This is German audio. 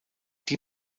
die